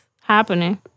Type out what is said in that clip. happening